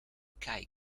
kai